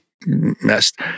messed